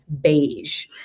beige